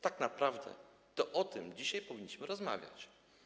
Tak naprawdę o tym dzisiaj powinniśmy rozmawiać.